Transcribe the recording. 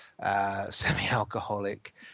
Semi-alcoholic